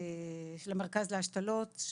למרכז להשתלות,